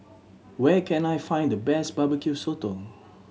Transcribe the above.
where can I find the best Barbecue Sotong